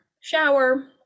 shower